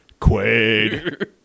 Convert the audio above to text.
Quaid